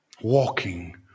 walking